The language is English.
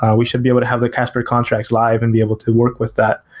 ah we should be able to have the casper contracts live and be able to work with that,